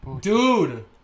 Dude